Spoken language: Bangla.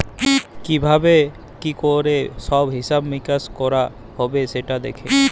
কি ভাবে কি ক্যরে সব হিছাব মিকাশ কয়রা হ্যবে সেটা দ্যাখে